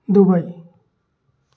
Dubai